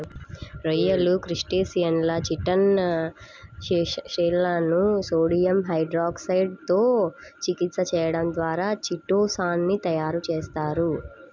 రొయ్యలు, క్రస్టేసియన్ల చిటిన్ షెల్లను సోడియం హైడ్రాక్సైడ్ తో చికిత్స చేయడం ద్వారా చిటో సాన్ ని తయారు చేస్తారు